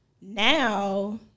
Now